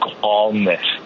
calmness